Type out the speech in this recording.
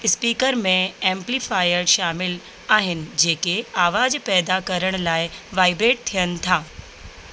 speaker में amplifier शामिलु आहिनि जेके आवाज़ु पैदा करण लाइ वाइब्रेट थियनि था